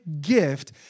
gift